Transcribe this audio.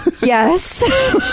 Yes